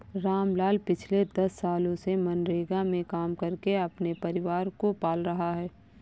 रामलाल पिछले दस सालों से मनरेगा में काम करके अपने परिवार को पाल रहा है